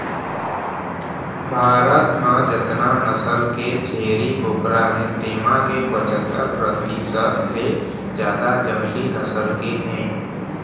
भारत म जतना नसल के छेरी बोकरा हे तेमा के पछत्तर परतिसत ले जादा जंगली नसल के हे